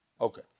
Okay